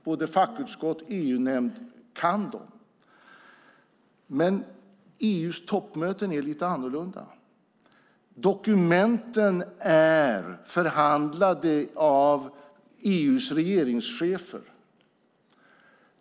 Både fackutskott och EU-nämnd kan dem. EU:s toppmöten är dock lite annorlunda. Dokumenten är förhandlade av EU:s regeringschefer.